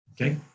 Okay